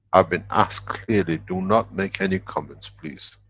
i've been asked clearly do not make any comments please.